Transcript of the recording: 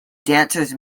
dancers